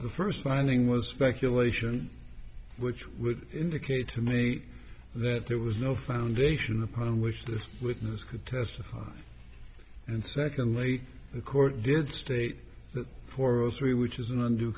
the first landing was speculation which would indicate to me that there was no foundation upon which this witness could testify and secondly the court did state that for three which is an und